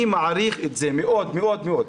אני מעריך את זה מאוד מאוד מאוד.